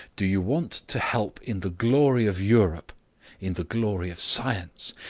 do you want to help in the glory of europe in the glory of science?